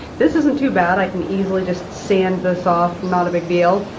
this isn't too bad. i can easily just sand this off, not a big deal.